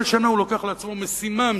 כל שנה הוא לוקח על עצמו משימה מסוימת.